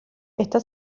está